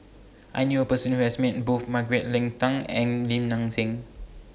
I knew A Person Who has Met Both Margaret Leng Tan and Lim Nang Seng